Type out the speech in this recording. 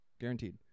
Guaranteed